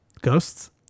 Ghosts